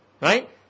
Right